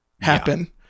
happen